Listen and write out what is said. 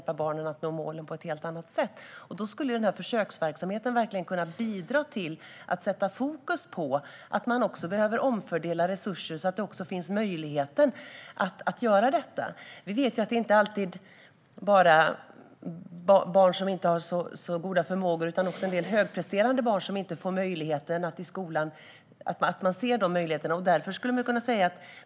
På så sätt skulle den här försöksverksamheten verkligen kunna bidra till att sätta fokus på att man också behöver omfördela resurser. Vi vet att frågan inte bara handlar om barn som inte har så goda förmågor utan även om en del högpresterande barn vars möjligheter inte riktigt syns i skolan.